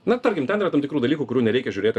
na tarkim ten yra tam tikrų dalykų kurių nereikia žiūrėti